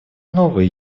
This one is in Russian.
новое